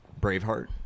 braveheart